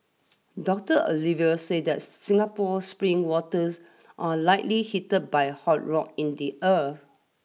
doctor Oliver said that Singapore spring waters are likely heated by hot rock in the earth